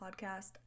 podcast